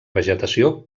vegetació